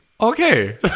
Okay